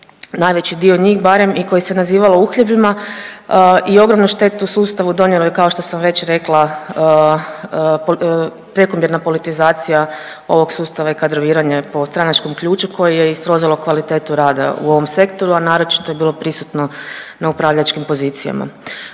najveći dio njih barem i koje se nazivalo uhljebima i ogromnu štetu sustavu donijelo je, kao što sam već rekla, prijekomjerna politizacija ovog sustava i kadroviranje po stranačkom ključu koji je i srozalo kvalitetu rada u ovom sektoru, a naročito je bilo prisutno na upravljačkim pozicijama,